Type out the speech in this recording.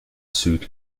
suit